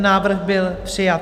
Návrh byl přijat.